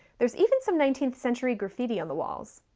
there's even some nineteenth century graffiti on the walls.